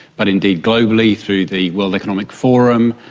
but indeed globally through the world economic forum,